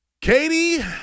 katie